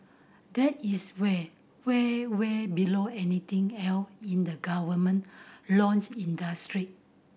that is way way way below anything else in the government launch industry